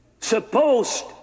Supposed